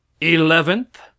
Eleventh